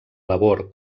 labor